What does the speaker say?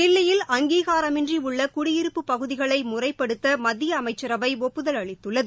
தில்லியில் அங்கீகாரமின்றி உள்ள குடியிருப்புப் பகுதிகளை முறைப்படுத்த மத்திய அமைச்சரவை ஒப்புதல் அளித்துள்ளது